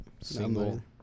Single